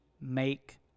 make